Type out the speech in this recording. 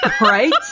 Right